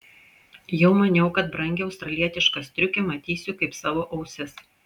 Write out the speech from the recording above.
jau maniau kad brangią australietišką striukę matysiu kaip savo ausis